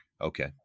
Okay